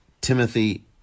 Timothy